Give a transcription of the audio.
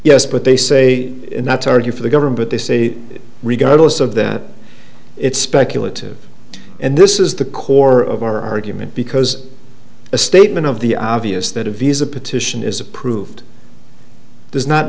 yes but they say not argue for the government they say regardless of that it's speculative and this is the core of our argument because a statement of the obvious that a visa petition is approved does not